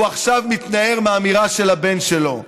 הוא עכשיו מתנער מהאמירה של הבן שלו.